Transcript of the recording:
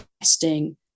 testing